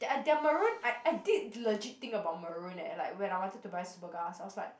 ya uh their maroon I I did legit think about maroon leh when I wanted to buy Superga I was like